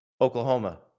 Oklahoma